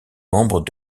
membres